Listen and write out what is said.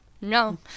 no